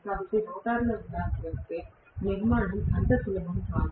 కాబట్టి రోటర్లో ఉండాల్సి వస్తే నిర్మాణం అంత సులభం కాదు